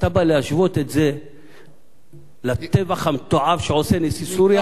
אתה בא להשוות את זה לטבח המתועב שעושה נשיא סוריה?